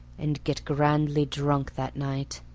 and get grandly drunk that night.